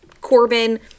Corbin